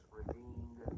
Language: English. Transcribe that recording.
redeemed